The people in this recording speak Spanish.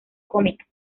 cómica